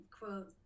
quote